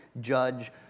judge